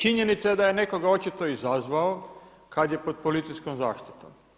Činjenica je da je netko ga očito odazvao kad je pod policijskom zaštitom.